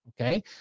Okay